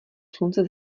slunce